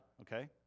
okay